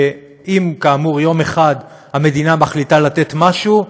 אם כאמור יום אחד המדינה מחליטה לתת משהו,